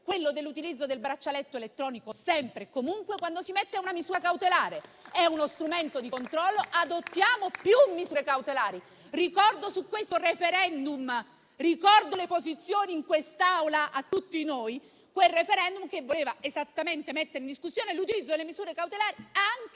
quello dell'utilizzo del braccialetto elettronico, sempre e comunque, quando si emette una misura cautelare. È uno strumento di controllo. Adottiamo più misure cautelari! Ricordo su questo il *referendum*, riguardo alle posizioni in quest'Aula di tutti noi, che voleva esattamente mettere in discussione l'utilizzo delle misure cautelari anche